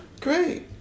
Great